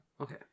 Okay